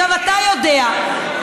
אתה יודע,